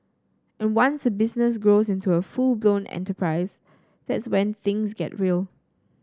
and once a business grows into a full blown enterprise that's when things get real